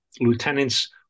lieutenants